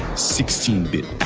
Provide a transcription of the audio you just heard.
sixteen bit